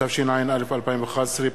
התשע"א 2011,